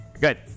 Good